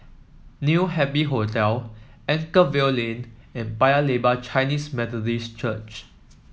New Happy Hotel Anchorvale Lane and Paya Lebar Chinese Methodist Church